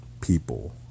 people